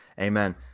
amen